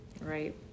right